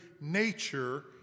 nature